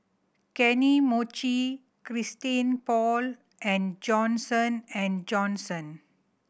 Kany Mochi Christian Paul and Johnson and Johnson